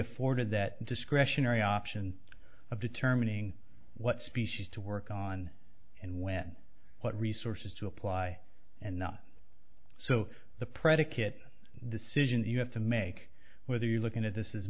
afforded that discretionary option of determining what species to work on and when what resources to apply and not so the predicate decisions you have to make whether you're looking at this is